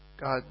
God